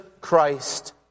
Christ